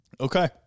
Okay